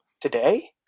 Today